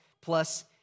plus